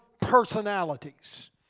personalities